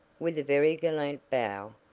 with a very gallant bow.